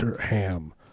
ham